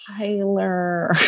Tyler